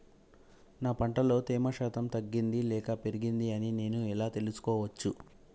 నా పంట లో తేమ శాతం తగ్గింది లేక పెరిగింది అని నేను ఎలా తెలుసుకోవచ్చు?